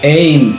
aim